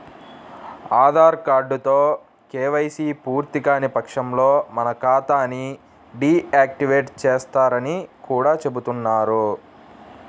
ఆధార్ కార్డుతో కేవైసీ పూర్తికాని పక్షంలో మన ఖాతా ని డీ యాక్టివేట్ చేస్తారని కూడా చెబుతున్నారు